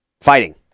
fighting